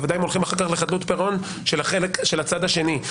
בוודאי אם הולכים אחר כך לחדלות פירעון של הצד השני.